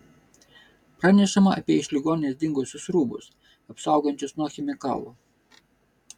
pranešama apie iš ligoninės dingusius rūbus apsaugančius nuo chemikalų